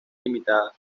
limitada